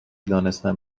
دانستم